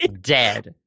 dead